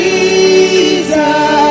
Jesus